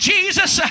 Jesus